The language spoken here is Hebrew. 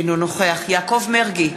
אינו נוכח יעקב מרגי,